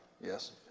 Yes